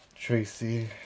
Tracy